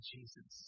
Jesus